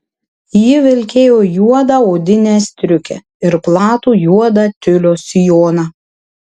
ji vilkėjo juodą odinę striukę ir platų juodą tiulio sijoną